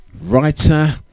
writer